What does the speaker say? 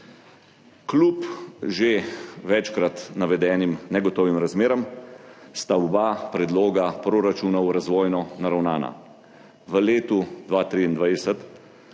Kljub že večkrat navedenim negotovim razmeram sta oba predloga proračunov razvojno naravnana. V letu 2023